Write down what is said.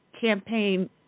campaign